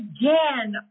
again